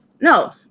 No